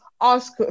ask